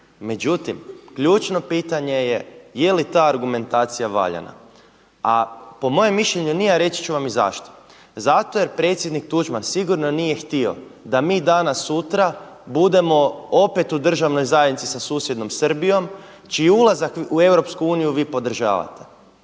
Međutim, ključno pitanje je je li ta argumentacija valjana? A po mojem mišljenju nije a reći ću vam i zašto. Zato jer predsjednik Tuđman sigurno nije htio da mi danas sutra budemo opet u državnoj zajednici sa susjednom Srbijom čiji ulazak u EU vi podržavate.